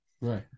right